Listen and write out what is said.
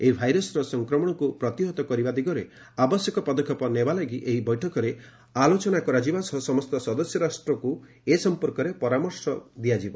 ଏହି ଭାଇରସର ସଂକ୍ରମଶକୁ ପ୍ରତିହତ କରିବା ଦିଗରେ ଆବଶ୍ୟକ ପଦକ୍ଷେପ ନେବା ଲାଗି ଏହି ବୈଠକରେ ଆଲୋଚନା କରାଯିବା ସହ ସମସ୍ତ ସଦସ୍ୟ ରାଷ୍ଟ୍ରକୁ ଏ ସମ୍ପର୍କରେ ପରାମର୍ଶ ଦିଆଯିବ